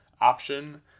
option